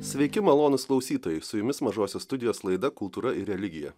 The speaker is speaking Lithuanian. sveiki malonūs klausytojai su jumis mažosios studijos laida kultūra ir religija